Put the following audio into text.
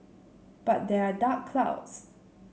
but there are dark clouds